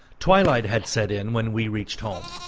twilight had set in when we reached home.